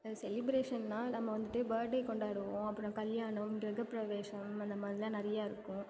அது செலிப்ரேஷன்னா நம்ம வந்துவிட்டு பர்டே கொண்டாடுவோம் அப்புறம் கல்யாணம் கிரகப்பிரவேசம் அந்த மாதிரிலாம் நிறையா இருக்கும்